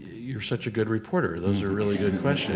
you're such a good reporter. those are really good